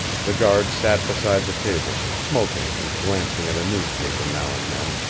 the guard sat beside the table, smoking and glancing at a newspaper now and then,